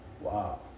Wow